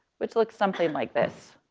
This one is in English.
which looks something like this.